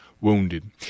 wounded